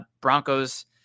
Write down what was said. Broncos